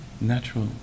natural